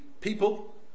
people